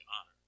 honor